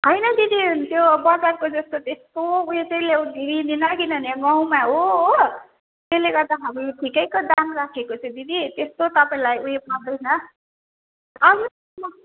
होइन दिदी त्यो बजारको जस्तो त्यस्तो उयो चाहिँ ल्याउ लिदिनँ किनभने गाउँमा हो हो त्यसले गर्दा हामीले ठिकैको दाम राखेको छु दिदी त्यस्तो तपाईँलाई उयो पर्दैन आउनोस् न